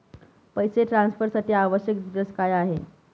पैसे ट्रान्सफरसाठी आवश्यक डिटेल्स काय आहेत?